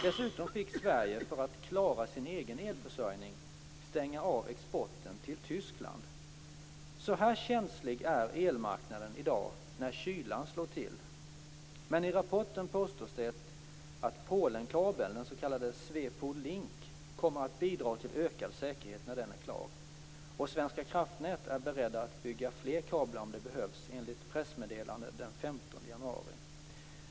Dessutom fick Sverige, för att klara sin egen elförsörjning, stänga av exporten till Tyskland. Så här känslig är elmarknaden i dag när kylan slår till. Men i rapporten påstås det att Polenkabeln, den s.k. Swe-Pol-Link, kommer att bidra till ökad säkerhet när den är klar. Och Svenska kraftnät är berett att bygga fler kablar om det behövs, enligt ett pressmeddelande den 15 januari.